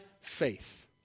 faith